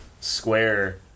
square